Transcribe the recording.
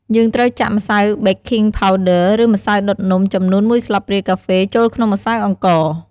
យើងត្រូវចាក់ម្សៅបេកឃីងផាវឌឺ ឬម្សៅដុតនំ ចំនួន ១ស្លាបព្រាកាហ្វេចូលក្នុងម្សៅអង្ករ។